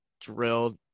drilled